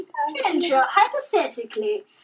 hypothetically